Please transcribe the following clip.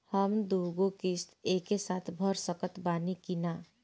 हम दु गो किश्त एके साथ भर सकत बानी की ना?